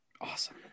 awesome